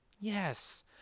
yes